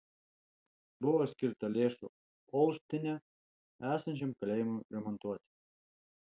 buvo skirta lėšų olštine esančiam kalėjimui remontuoti